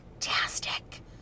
fantastic